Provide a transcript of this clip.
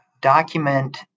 document